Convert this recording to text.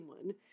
one